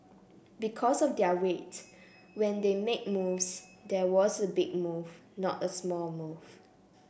because of their weight when they make moves there was a big move not a small move